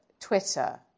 Twitter